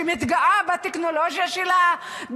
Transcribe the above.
שמתגאה בטכנולוגיה שלה,